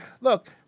look